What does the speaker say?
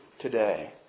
today